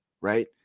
Right